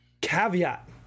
Caveat